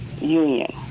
union